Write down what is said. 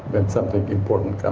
and something important comes,